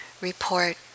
report